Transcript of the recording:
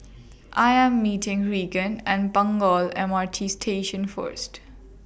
I Am meeting Reagan At Punggol M R T Station First